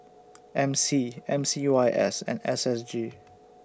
M C M C Y S and S S G